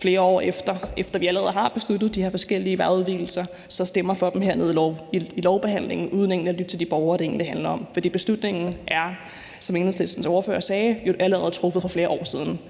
flere år efter at vi allerede har besluttede de her forskellige vejudvidelser, og stemmer for dem hernede under lovbehandlingen uden at lytte til de borgere, det egentlig handler om. For beslutningen er, som Enhedslistens ordfører sagde, jo allerede truffet for flere år siden.